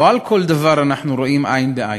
לא כל דבר אנו רואים עין בעין.